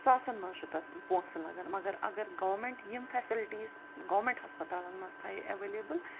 ساسَن منٛز چھُ تَتھ پونٛسہٕ لَگان مگر اگر گورمٮ۪نٛٹ یِم فٮ۪سَلٹیٖز گورمٮ۪نٛٹ ہَسپَتالَن منٛز تھایہِ اٮ۪وٮ۪لیبٕل